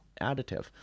additive